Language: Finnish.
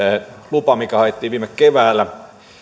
lupa mikä haettiin viime keväällä